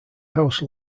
house